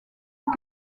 aux